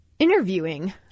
interviewing